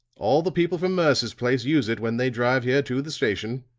all the people from mercer's place use it when they drive here to the station.